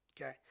okay